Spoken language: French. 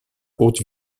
haute